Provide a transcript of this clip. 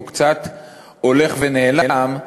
או קצת הולך ונעלם,